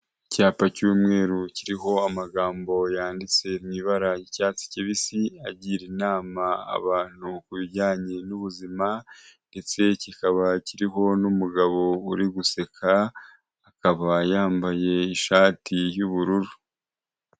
Icyapa cy'umweru kiriho amagambo yanditse mu ibara ry'icyatsi kibisi, agira inama abantu ku bijyanye n'ubuzima, ndetse kikaba kiriho n'umugabo uri guseka akaba yambaye ishati y'ubururu.